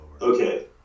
Okay